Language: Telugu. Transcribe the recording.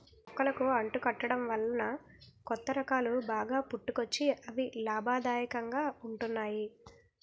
మొక్కలకు అంటు కట్టడం వలన కొత్త రకాలు బాగా పుట్టుకొచ్చి అవి లాభదాయకంగా ఉంటున్నాయి